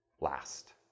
Last